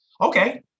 Okay